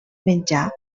menjar